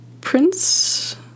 Prince